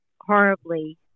horribly